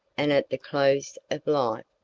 and at the close of life,